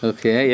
Okay